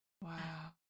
Wow